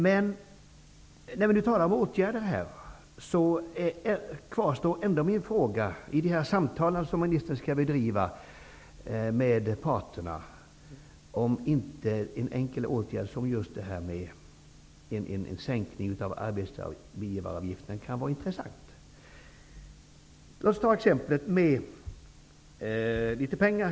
När vi nu talar om åtgärder kvarstår min fråga om inte en sådan enkel åtgärd som en sänkning av arbetsgivaravgiften kan vara intressant i de samtal som ministern nu skall föra med olika parter. Låt oss ta ett exempel med pengar.